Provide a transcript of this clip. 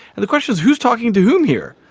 the question is who's talking to whom here?